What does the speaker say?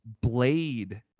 Blade